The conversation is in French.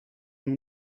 nous